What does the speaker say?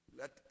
let